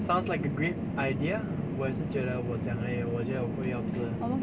sounds like a great idea 我也是觉得我讲而已我觉得我不会要吃